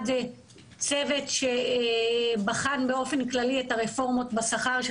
אחד זה צוות שבחן באופן כללי את הרפורמות בשכר של